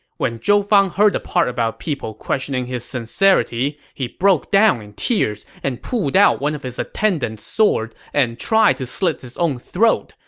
when zhou fang heard the part about people questioning his sincerity, he broke down in tears and pulled out one of his attendants' sword and tried to slit his own throat,